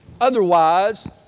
Otherwise